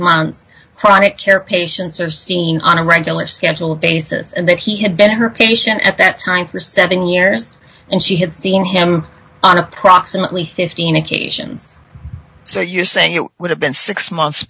months chronic care patients are seen on a regular schedule basis and that he had been her patient at that time for seven years and she had seen him on approximately fifteen occasions so you're saying it would have been six months